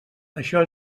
això